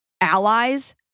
allies